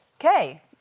okay